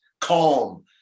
calm